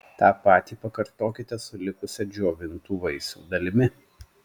tą patį pakartokite su likusia džiovintų vaisių dalimi